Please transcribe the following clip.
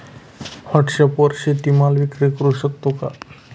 व्हॉटसॲपवर शेती माल विक्री करु शकतो का?